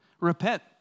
repent